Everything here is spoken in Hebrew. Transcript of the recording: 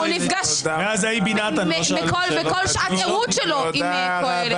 הוא נפגש בכל שעות הערות שלו עם קהלת.